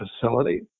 facility